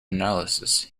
analysis